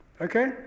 Okay